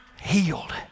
healed